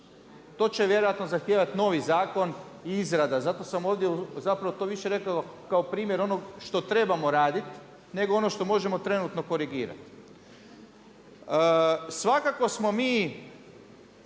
To će vjerojatno zahtijevati novi zakon i izrada, zato sam ovdje to više rekao kao primjer onog što trebamo raditi nego ono što možemo trenutno korigirat. Svakako smo mi